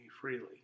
freely